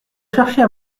cherchez